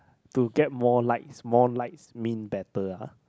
to get more likes more likes mean better ah